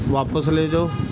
ਵਾਪਿਸ ਲੈ ਜਾਓ